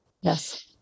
Yes